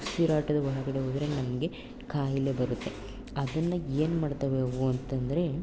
ಉಸಿರಾಟದ ಒಳಗಡೆ ಹೋದ್ರೆ ನಮಗೆ ಖಾಯಿಲೆ ಬರುತ್ತೆ ಅದನ್ನು ಏನು ಮಾಡ್ತವೆ ಅವು ಅಂತಂದರೆ